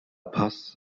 paz